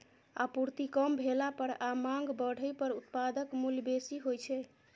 आपूर्ति कम भेला पर आ मांग बढ़ै पर उत्पादक मूल्य बेसी होइ छै